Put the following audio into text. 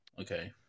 Okay